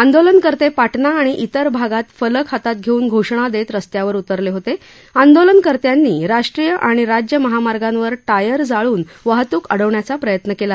आंदोलनकर्ते पाटना आणि इतर भागात फलक हातात घरुन घोषणा दप्त रस्त्यावर उतरल होत आंदोलनकर्त्यांनी राष्ट्रीय आणि राज्यमहामार्गांवर टायर जाळून वाहतूक अडवण्याचा प्रयत्न काला